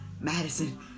Madison